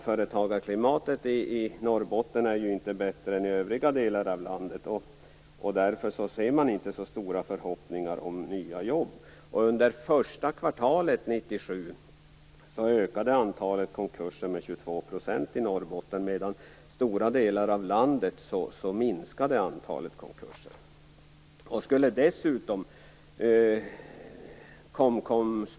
Företagarklimatet i Norrbotten är ju inte bättre än i övriga delar av landet, och därför hyser man inte så stora förhoppningar om nya jobb. Under första kvartalet 1997 ökade antalet konkurser med 22 % i Norrbotten, medan antalet minskade i stora delar av landet.